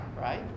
right